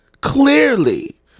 clearly